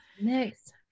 Next